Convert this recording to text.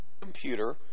computer